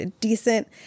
decent